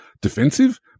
defensive